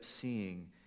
seeing